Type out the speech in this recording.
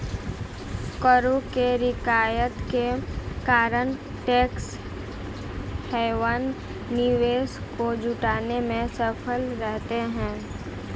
करों के रियायत के कारण टैक्स हैवन निवेश को जुटाने में सफल रहते हैं